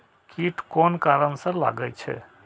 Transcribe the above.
कीट कोन कारण से लागे छै?